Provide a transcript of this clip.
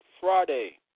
Friday